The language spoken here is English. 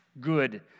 good